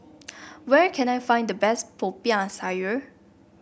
where can I find the best Popiah Sayur